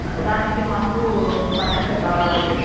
దానికి మాకు ఫర్నిచర్ కావాలి